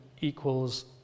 equals